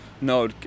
no